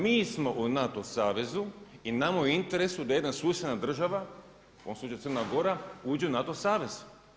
Mi smo u NATO savezu i nama je u interesu da jedna susjedna država u ovom slučaju Crna Gora, uđe u NATO savez.